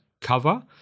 cover